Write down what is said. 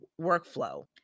workflow